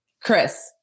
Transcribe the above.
Chris